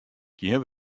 gjin